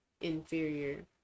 inferior